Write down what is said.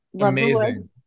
Amazing